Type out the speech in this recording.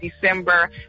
December